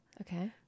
Okay